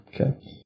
Okay